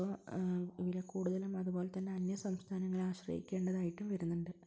ഇപ്പം വില കൂടുതലും അതുപ്പോലെതന്നെ അന്യ സംസ്ഥാനങ്ങളെ ആശ്രയിക്കേണ്ടതായിട്ടും വരുന്നുണ്ട്